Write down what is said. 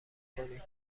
کنید